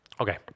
Okay